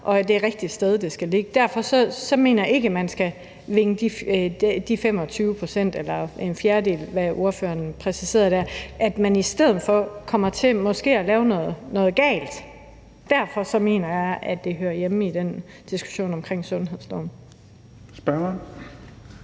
og det er det rigtige sted, det skal ligge. Så derfor mener jeg ikke, at man skal vinge 25 pct. eller en fjerdedel af, som ordføreren præciserede dér, for så kommer man måske i stedet for til at lave noget galt. Derfor mener jeg, at det hører hjemme i den diskussion om sundhedsloven.